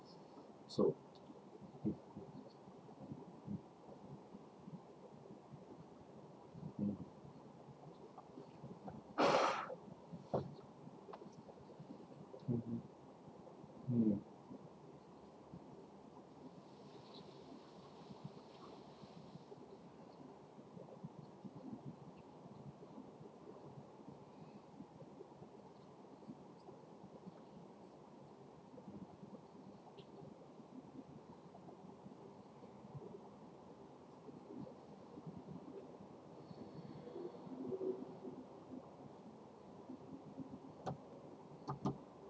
so mm mm mm